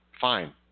fine